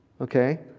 okay